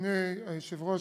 אדוני היושב-ראש,